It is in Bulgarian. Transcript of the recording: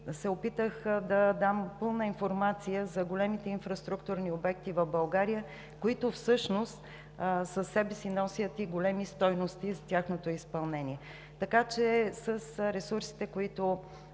се опитах да дам пълна информация за големите инфраструктурни обекти в България, които носят със себе си и големи стойности с тяхното изпълнение. С ресурсите, които